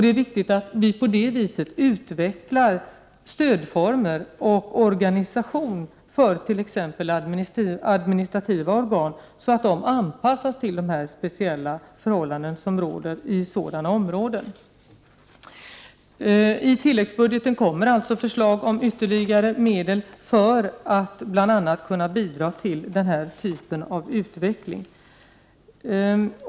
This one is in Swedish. Det är viktigt att vi på det sättet utvecklar stödformer och organisation för t.ex. administrativa organ så att de anpassas till de speciella förhållanden som råder i sådana områden. I tilläggsbudgeten kommer således förslag om ytterligare medel som bl.a. skall bidra till den här typen av utveckling.